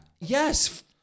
Yes